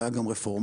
היה גם רפורמטור.